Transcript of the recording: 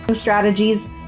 strategies